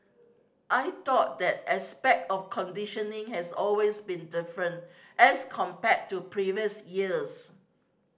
I thought the aspect of conditioning has always been different as compared to previous years